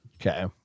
okay